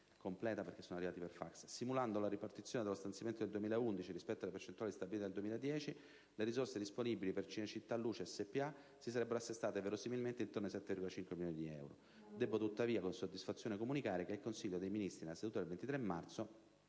milioni derivanti dai fondi del Lotto. Simulando la ripartizione dello stanziamento del 2011 rispetto alle percentuali stabilite nel 2010, le risorse disponibili per Cinecittà Luce SpA si sarebbero assestate, verosimilmente, intorno ai 7,5 milioni di euro. Debbo tuttavia con soddisfazione comunicare che il Consiglio dei ministri, nella seduta del 23 marzo,